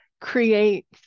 create